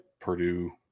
Purdue